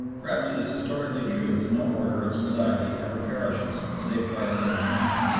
perhaps it is historically true that no order of society ever perishes save by its own hand.